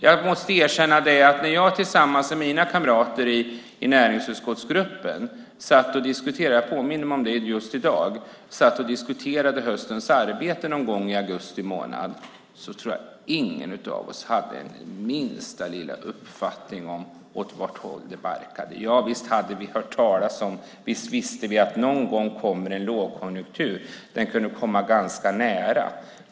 Jag måste erkänna att när jag tillsammans med mina kamrater i näringsutskottsgruppen satt och diskuterade höstens arbete någon gång i augusti månad - jag påminde mig om det just i dag - tror jag inte att någon av oss då hade en minsta lilla uppfattning om åt vilket håll det barkade. Visst hade vi hört talas om och visste att det någon gång kommer en lågkonjunktur. Den kunde komma ganska nära.